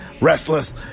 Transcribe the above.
restless